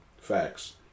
Facts